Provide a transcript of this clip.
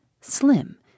slim